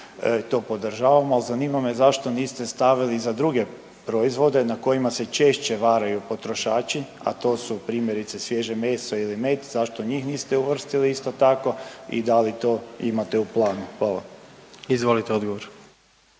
to podržavamo, al zanima me zašto niste stavili i za druge proizvode na kojima se češće varaju potrošači, a to su primjerice svježe meso ili med, zašto njih niste uvrstili isto tako i da li to imate u planu? Hvala. **Jandroković,